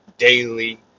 Daily